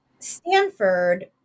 Stanford